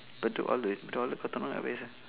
bedok outlet bedok outlet Cotton On